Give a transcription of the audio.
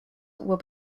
will